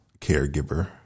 caregiver